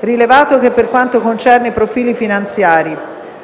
rilevato che, per quanto concerne i profili finanziari: